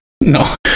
No